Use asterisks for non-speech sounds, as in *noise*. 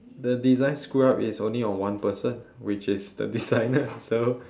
the design screw up it's only on one person which is the designer *laughs* so